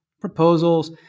proposals